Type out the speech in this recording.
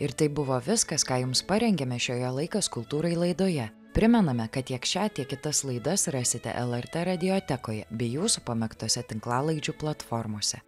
ir tai buvo viskas ką jums parengėme šioje laikas kultūrai laidoje primename kad tiek šią tiek kitas laidas rasite lrt radiotekoje bei jūsų pamėgtose tinklalaidžių platformose